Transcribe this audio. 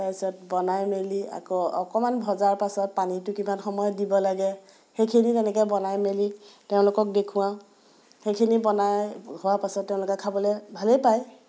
তাৰপিছত বনাই মেলি আকৌ অকণমান ভজাৰ পাছত পানীটো কিমান সময়ত দিব লাগে সেইখিনি তেনেকৈ বনাই মেলি তেওঁলোকক দেখুৱাওঁ সেইখিনি বনাই হোৱাৰ পাছত তেওঁলোকে খাবলৈ ভালেই পায়